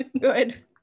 good